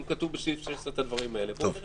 אם כתוב בסעיף 16 את הדברים האלה, בואו נראה